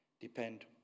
depend